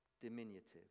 Diminutive